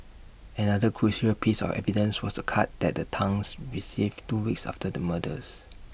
another crucial piece of evidence was A card that the Tans received two weeks after the murders